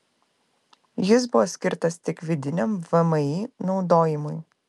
jis buvo skirtas tik vidiniam vmi naudojimui